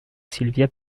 sylvia